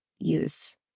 use